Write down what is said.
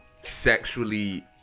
sexually